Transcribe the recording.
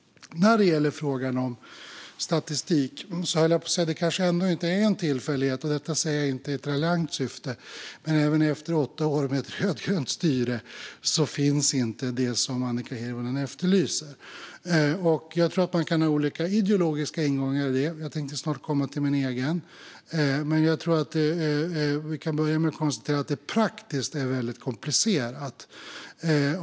När det gäller frågan om statistik är det kanske ändå inte en tillfällighet - detta säger jag inte i ett raljant syfte - att det som Annika Hirvonen efterlyser inte finns efter åtta år med rödgrönt styre. Jag tror att man kan ha olika ideologiska ingångar i det - jag tänkte snart komma till min egen. Vi kan börja med att konstatera att det praktiskt är väldigt komplicerat.